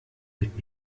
mit